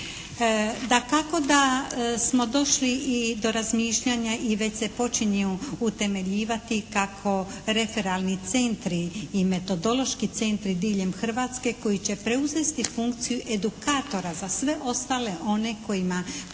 Dakako da smo došli i do razmišljanja i već se počinju utemeljivati kako referalni centri i metodološki centri diljem Hrvatske koji će preuzeti funkciju edukatora za sve ostale one koji nedovoljno